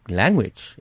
language